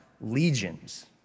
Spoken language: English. legions